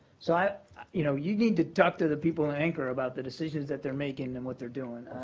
so you know you need to talk to the people in ankara about the decisions that they're making and what they're doing.